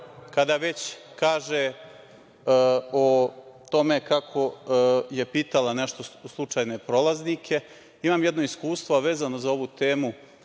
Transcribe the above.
već kaže o tome kako je pitala nešto slučajne prolaznike, imam jedno iskustvo vezano za ovu temu